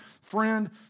friend